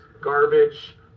garbage